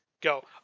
go